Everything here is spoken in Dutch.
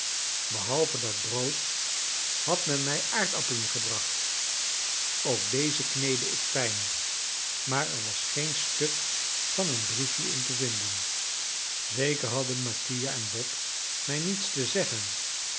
behalve dat brood had men mij aardappelen gebracht ook deze kneedde ik fijn maar er was geen stuk van een briefje in te vinden zeker hadden mattia en bob mij niets te zeggen